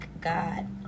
God